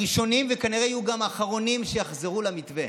הראשונים, וכנראה יהיו גם האחרונים שיחזרו למתווה.